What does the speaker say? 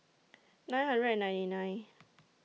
nine hundred and ninety nine